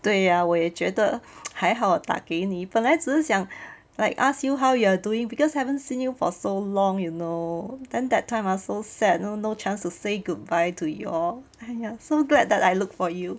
对呀我也觉得还好我打给你本来只想 like ask you how you are doing because haven't seen you for so long you know then that time I was so sad you know no chance to say goodbye to you all !aiya! so glad that I look for you